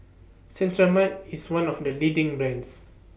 Cetrimide IS one of The leading brands